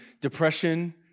depression